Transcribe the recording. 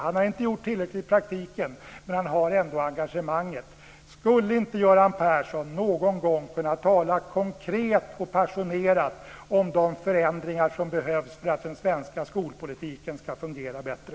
Han har inte gjort tillräckligt i praktiken, men han har engagemanget. Skulle inte Göran Persson någon gång kunna tala konkret och passionerat om de förändringar som behövs för att den svenska skolpolitiken ska fungera bättre.